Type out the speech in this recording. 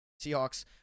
Seahawks